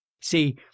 See